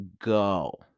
go